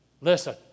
Listen